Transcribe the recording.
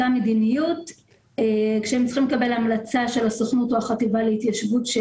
אותה מדיניות הם צריכים לקבל המלצה של הסוכנות או של החטיבה להתיישבות.